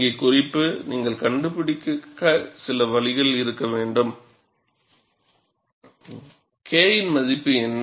இங்கே குறிப்பு நீங்கள் கண்டுபிடிக்க சில வழிகள் இருக்க வேண்டும் K இன் மதிப்பு என்ன